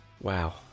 wow